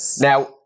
Now